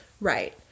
Right